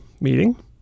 meeting